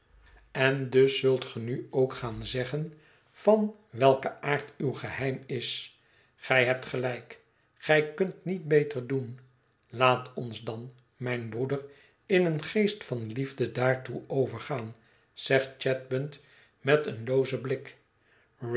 en dus zult ge nu ook gaan zeggen van welken aard uw geheim is gij hebt gelijk gij kunt niet beter doen laat ons dan mijn broeder in een geest van liefde daartoe overgaan zegt chadband met een loozen blik